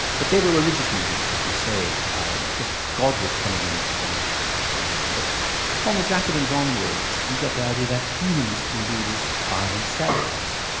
but they were religious movements, as you say, alan, because god was coming in to do the transformation. but from the jacobins onwards you get the idea that humans can do this by themselves,